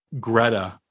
Greta